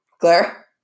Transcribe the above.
Claire